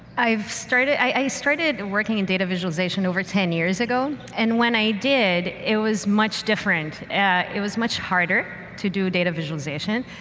i've started i started working in data visualization over ten years ago, and when i did, it was much different. it was much harder to do data visualization.